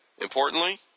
importantly